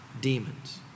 demons